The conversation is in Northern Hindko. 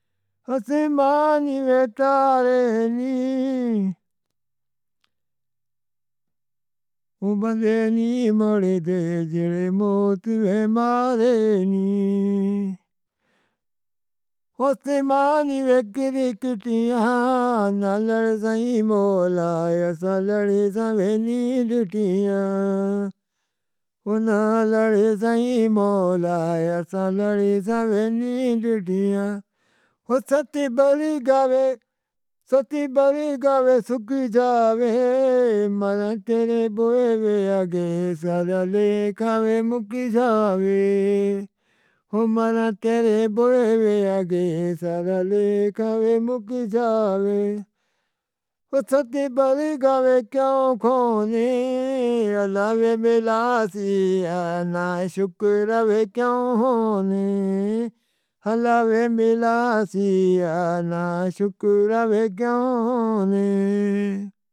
پیار سے کوئی بھی دُنیا دے نیماں کو تاک پر لیندا اے۔ شرم تے چھپٹے دے جذبے نوں جانڑدے ہوئے وی کجھ ایسا ای دِسدا اے۔ آسمان دے تارے نی اُڈݨ نی مُڑدے جڑ۔ موتی ہے محلے نی۔ آسمان دی بکھری بکھری تِیاں۔ نہ لڑئی مولا ایس لڑی جاویں نِدھ ٹِیاں۔ نہ لڑئی مولا ایساں لڑی جاویں نیند ٹِیاں۔ ستی بھری گاویں ستی بھری گاویں سُکی جاویں۔ من تیرے بھیاگے سارا لیکھ آوے مُکھ جاویں۔ ہو من تیرے بھیاگے سارا لیکھ آوے مُکھ جاویں۔ ستی بھری گاویں کیوں کھوݨے لاویں بلا۔ سیا نہ شُکر آوے کیوں؟ ہووے ہلا وے ملا۔ سیا نہ شُکر کیوں ہووے؟